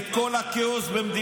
שרם בן ברק לא עשה מילואים.